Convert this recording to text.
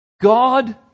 God